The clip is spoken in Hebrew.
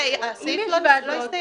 רגע, הסעיף לא הסתיים.